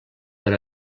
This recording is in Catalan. per